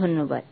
ধন্যবাদ